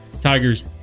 Tigers